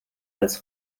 als